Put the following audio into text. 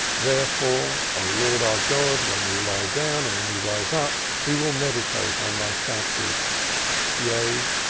therefore, o lord our god, when we lie down and when we rise up we will meditate on thy statutes yea,